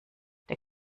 der